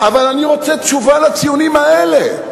אבל אני רוצה תשובה על הציונים האלה.